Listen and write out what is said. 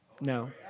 No